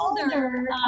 older